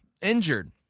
injured